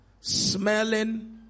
smelling